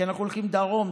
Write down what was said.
כי אנחנו הולכים דרום,